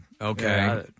Okay